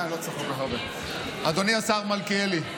אדוני השר מלכיאלי,